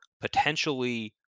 potentially